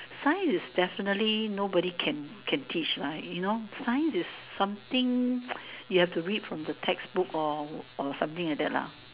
science is definitely nobody can can teach you know science is something you have to read from the textbook or or something like that